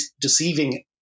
deceiving